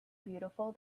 beautiful